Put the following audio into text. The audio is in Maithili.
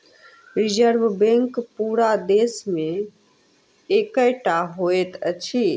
रिजर्व बैंक पूरा देश मे एकै टा होइत अछि